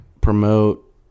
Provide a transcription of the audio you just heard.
promote